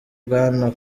bwana